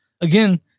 again